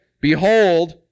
Behold